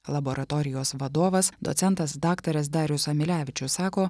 laboratorijos vadovas docentas daktaras darius amilevičius sako